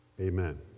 amen